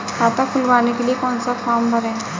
खाता खुलवाने के लिए कौन सा फॉर्म भरें?